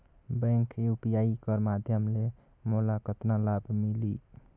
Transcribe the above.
Bank UPI कर माध्यम ले मोला कतना लाभ मिली?